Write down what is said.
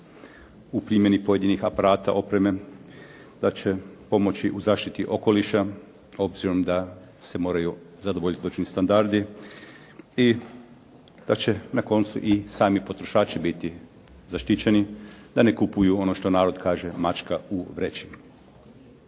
u primjeni pojedinih aparata, opreme, da će pomoći u zaštiti okoliša obzirom da se moraju zadovoljiti određeni standardi i da će na koncu i sami potrošači biti zaštićeni da ne kupuju ono što narod kaže mačka u vreći.